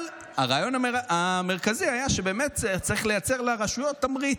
הרעיון המרכזי היה שצריך לייצר לרשויות תמריץ.